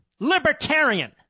libertarian